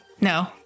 no